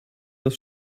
das